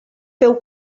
feu